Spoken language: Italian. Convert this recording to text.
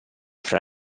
fra